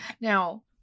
Now